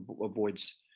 avoids